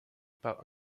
par